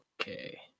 Okay